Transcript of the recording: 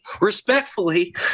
respectfully